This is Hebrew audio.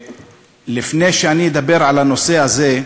לפני שאני אדבר על הנושא הזה,